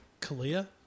Kalia